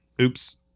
oops